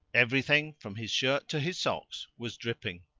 everything, from his shirt to his socks, was dripping.